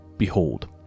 behold